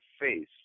face